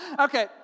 Okay